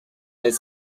n’est